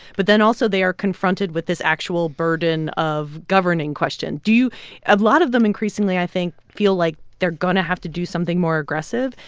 but then also, they are confronted with this actual burden of governing question. do you a lot of them increasingly, i think, feel like they're going to have to do something more aggressive.